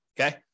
Okay